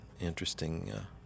interesting